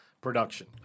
production